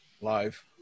live